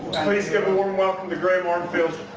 please give a warm welcome to graham armfield